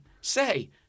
Say